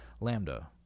Lambda